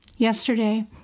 Yesterday